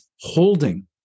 holding